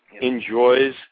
enjoys